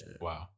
Wow